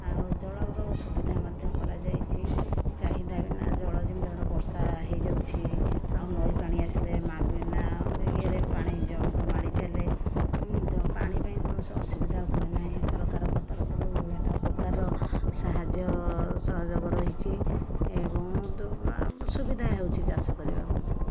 ଆଉ ଜଳର ସୁବିଧା ମଧ୍ୟ କରାଯାଇଛି ଚାହିଦା ବିନା ଜଳ ଯେମିତି ଧର ବର୍ଷ ହୋଇଯାଉଛି ଆଉ ନଈ ପାଣି ଆସିଲେ ମ ବିନା ଇଏରେ ପାଣି ଜମିକୁ ମାଡ଼ି ଚାଲେ ପାଣି ପାଇଁ କୌଣସି ଅସୁବିଧା ହୁଏନାହିଁ ସରକାରଙ୍କ ତରଫରୁ ବିଭିନ୍ନ ପ୍ରକାରର ସାହାଯ୍ୟ ସହଯୋଗ ରହିଛି ଏବଂ ସୁବିଧା ହେଉଛି ଆମର ଚାଷ କରିବାକୁ